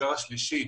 המגזר השלישי,